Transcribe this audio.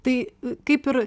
tai kaip ir